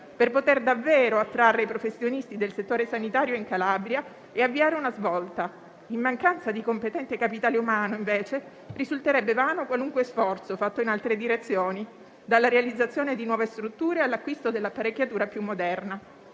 per poter davvero attrarre i professionisti del settore sanitario in Calabria e avviare una svolta. In mancanza di competenze e capitale umano, invece, risulterebbe vano qualunque sforzo fatto in altre direzioni, dalla realizzazione di nuove strutture all'acquisto dell'apparecchiatura più moderna.